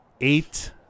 Eight